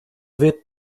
wird